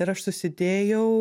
ir aš susidėjau